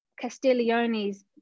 Castiglione's